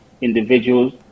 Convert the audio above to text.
individuals